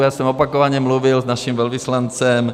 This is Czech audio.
Já jsem opakovaně mluvil s naším velvyslancem.